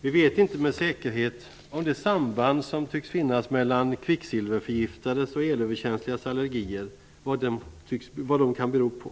Vi vet inte med säkerhet om de samband som tycks finnas mellan kvicksilverförgiftades och elöverkänsligas allergier och vad de kan bero på.